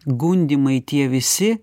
gundymai tie visi